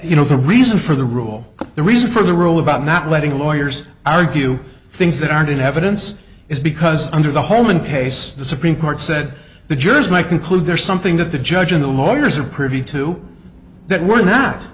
you know the reason for the rule the reason for the rule about not letting the lawyers argue things that aren't in evidence is because under the home in case the supreme court said the jurors may conclude there's something that the judge in the lawyers are privy to that we're not